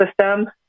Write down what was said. system